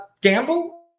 gamble